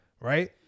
right